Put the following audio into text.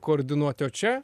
koordinuoti o čia